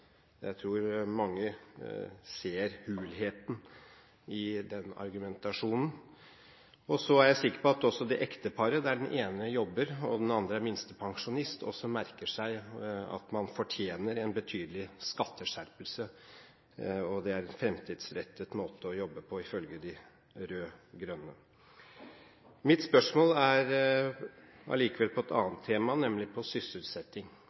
Jeg tror mange ser hulheten i den argumentasjonen. Så er jeg sikker på at også det ekteparet der den ene jobber og den andre er minstepensjonist, merker seg at man «fortjener» en betydelig skatteskjerpelse, og det er en fremtidsrettet måte å jobbe på ifølge de rød-grønne. Mitt spørsmål går allikevel på et annet tema, nemlig på sysselsetting.